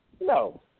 No